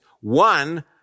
One